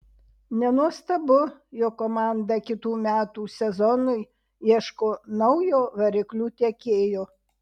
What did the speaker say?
nenuostabu jog komanda kitų metų sezonui ieško naujo variklių tiekėjo